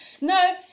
No